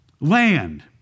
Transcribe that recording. Land